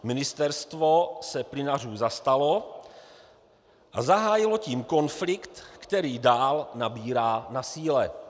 Ministerstvo se plynařů zastalo a zahájilo tím konflikt, který dál nabírá na síle.